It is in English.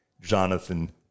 Jonathan